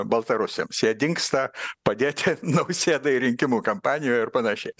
baltarusams jie dingsta padėti nausėdai rinkimų kampanijoj ir panašiai